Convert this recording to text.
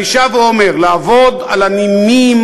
אני שב ואומר, לעבוד על הנימים